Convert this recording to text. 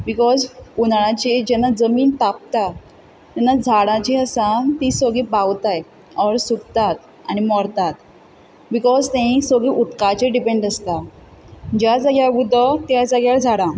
because हुनाळ्याचेर जेन्ना जमीन तापता म्हणल्यार झाडां जीं आसा तीं सगळीं बावताय ओर सुकतात आनी मरतात बिकोज तीं सोगलीं उदकाचेर डिपेंड आसतात ज्या जाग्यार उदो त्या जाग्यार झाडां